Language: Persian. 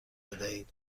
بدهید